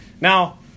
Now